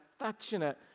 affectionate